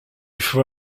faut